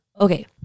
Okay